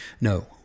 no